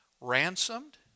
Ransomed